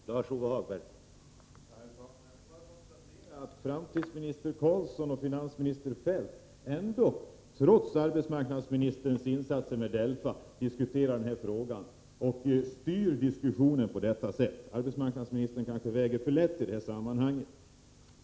Herr talman! Jag vill bara konstatera att framtidsminister Carlsson och finansminister Feldt trots arbetsmarknadsministerns insatser med DELFA diskuterar den här frågan och styr diskussionen. Arbetsmarknadsministern kanske väger för lätt i det här sammanhanget.